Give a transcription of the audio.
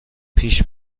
پیش